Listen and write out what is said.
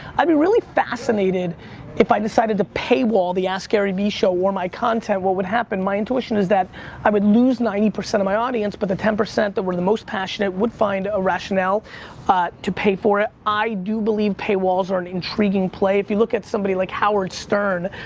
i'd be really fascinated if i decided to paywall the askgaryvee show or my content, what would happen. my intuition is that i would lose ninety percent of my audience, but the ten percent that were the most passionate would find a rationale to pay for it. i do believe paywalls are an intriguing play. if you look at somebody like howard stern.